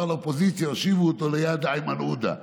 לאופוזיציה הושיבו אותו ליד איימן עודה,